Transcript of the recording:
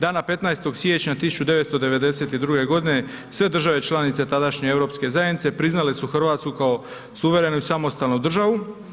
Dana 15. siječnja 1992. g. sve države članice tadašnje Europske zajednice, priznale su Hrvatsku kao suverenu i samostalnu državu.